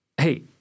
hey